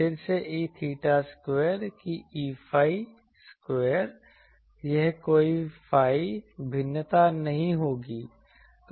फिर से E𝚹 square कि Eϕ स्क्वायर यह कोई phi भिन्नता नहीं होगी